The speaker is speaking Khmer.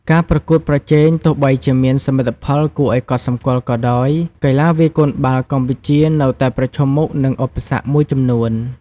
ការប្រកួតប្រជែង ទោះបីជាមានសមិទ្ធផលគួរឱ្យកត់សម្គាល់ក៏ដោយ កីឡាវាយកូនបាល់កម្ពុជានៅតែប្រឈមមុខនឹងឧបសគ្គមួយចំនួន។